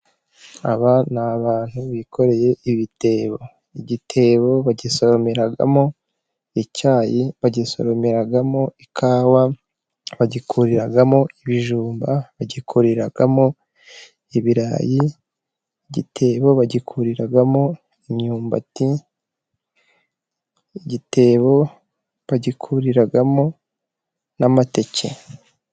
Aba ni abantu bikoreye ibitebo. Igitebo bagisoromeramo icyayi, bagisoromeramo ikawa, bagikuriramo ibijumba, bagikoriramo ibirayi, igitebo bagikuriramo imyumbati, igitebo bagikurimo n'amateke.